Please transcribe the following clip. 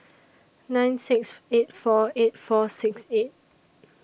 nine six eight four eight four six eight